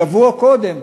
שבוע קודם,